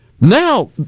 Now